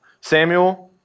Samuel